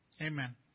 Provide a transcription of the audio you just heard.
Amen